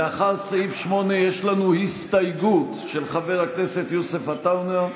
לאחר סעיף 8 יש לנו הסתייגות של חבר הכנסת יוסף עטאונה,